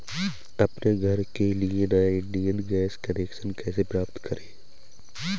अपने घर के लिए नया इंडियन गैस कनेक्शन कैसे प्राप्त करें?